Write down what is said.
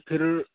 پھر